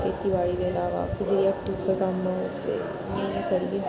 खेतीबाड़ी ते इलावा किसे दी हट्टी उप्पर कम्म तुस करी